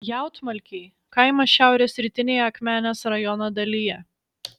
jautmalkiai kaimas šiaurės rytinėje akmenės rajono dalyje